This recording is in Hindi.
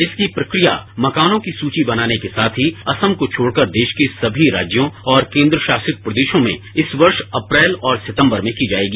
इसकी प्रक्रिया मकानों की सूची बनाने के साथ ही असम को छोड़कर देश के सभी राज्यों और केन्द्रशासित प्रदेशों में इस वर्ष अप्रैल और सितम्बर में की जाएगी